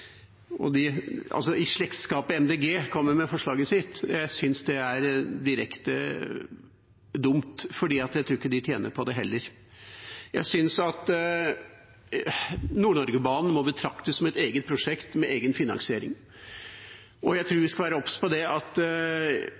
er direkte dumt, for jeg tror heller ikke de tjener på det. Nord-Norge-banen må betraktes som et eget prosjekt, med egen finansiering, og jeg tror vi skal være obs på at det trenger så spesiell finansiering at